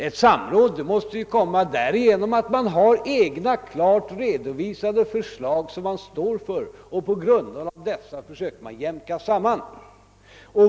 Ett samråd måste komma till stånd genom att man har egna klart redovisade förslag som man står för och som man på denna grundval försöker jämka samman.